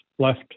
left